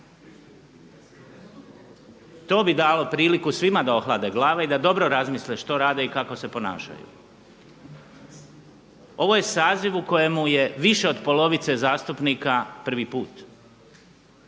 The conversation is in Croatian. To bi dalo priliku svima da ohlade glave i da dobro razmisle što rade i kako se ponašaju. Ovo je saziv u kojemu je više od polovice zastupnika prvi put.